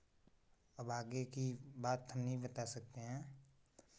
अब आगे की बात हम नहीं बता सकते हैं